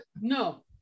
No